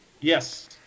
Yes